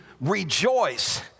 rejoice